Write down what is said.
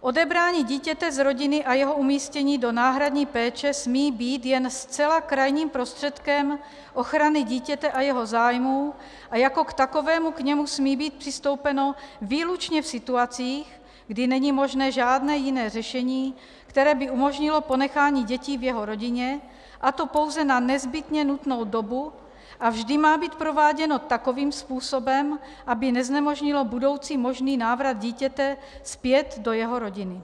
odebrání dítěte z rodiny a jeho umístění do náhradní péče smí být jen zcela krajním prostředkem ochrany dítěte a jeho zájmů a jako k takovému k němu smí být přistoupeno výlučně v situacích, kdy není možné žádné jiné řešení, které by umožnilo ponechání dětí v jeho rodině, a to pouze na nezbytně nutnou dobu, a vždy má být prováděno takovým způsobem, aby neznemožnilo budoucí možný návrat dítěte zpět do jeho rodiny.